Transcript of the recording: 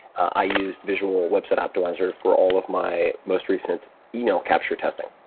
i used visual website optimizer for all of my most recent yeah e-mail capture testing.